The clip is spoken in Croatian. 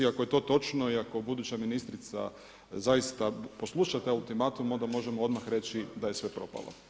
Ako je to točno i ako buduća ministrica zaista posluša taj ultimatum, onda možemo odmah reći da je sve propalo.